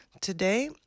Today